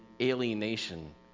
alienation